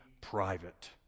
private